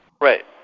Right